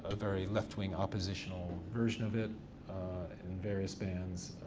ah very left-wing oppositional version of it and various bands,